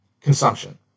consumption